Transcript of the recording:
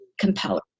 compelling